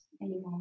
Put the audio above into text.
anymore